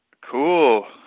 cool